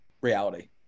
reality